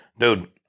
Dude